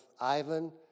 Ivan